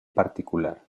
particular